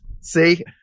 See